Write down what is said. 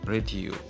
Radio